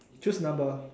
choose number